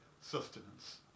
sustenance